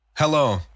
Hello